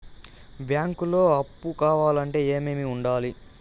బ్యాంకులో అప్పు కావాలంటే ఏమేమి ఉండాలి?